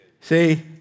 See